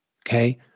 okay